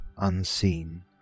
unseen